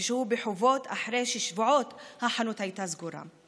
שהוא בחובות אחרי ששבועות החנות הייתה סגורה.